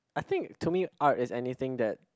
I think art to me is anything that